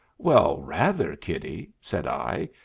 well, rather, kiddie, said i,